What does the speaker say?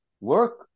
work